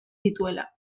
dituela